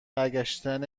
برگشتن